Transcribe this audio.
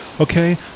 Okay